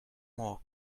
more